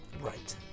Right